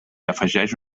afegeix